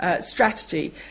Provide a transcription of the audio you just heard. strategy